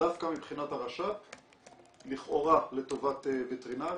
דווקא מבחינת הרש"פ, לכאורה לטובת וטרינריה.